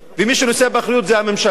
ומי שנושא באחריות זה הממשלה.